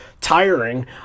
tiring